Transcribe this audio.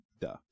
Duh